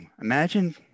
imagine